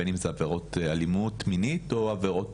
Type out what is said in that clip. בין אם אלו עבירות אלימות מינית או אחרות,